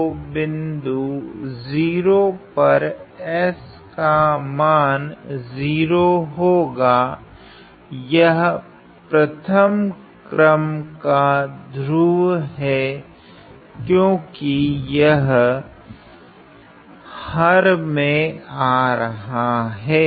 तो बिन्दु 0 पर s का मान 0 होगा यह प्रथम क्रम का ध्रुव है क्योकि यह हर में आ रहा है